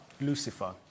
Lucifer